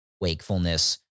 wakefulness